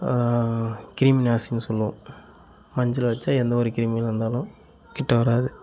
கிருமிநாசினினு சொல்லுவோம் மஞ்சள் வச்சா எந்தவொரு கிருமிகள் வந்தாலும் கிட்ட வராது